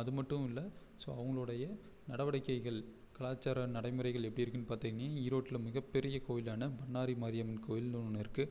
அது மட்டும் இல்லை ஸோ அவங்களோடைய நடவடிக்கைகள் கலாச்சார நடைமுறைகள் எப்படி இருக்குன்னு பார்த்திங்கனா ஈரோட்டில் மிகப்பெரிய கோயிலான பண்ணாரி மாரியம்மன் கோயில்னு ஒன்று இருக்கு